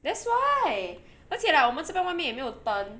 that's why 而且 like 我们这边外面也有没有灯